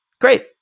Great